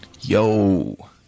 Yo